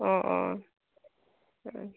অ অ আ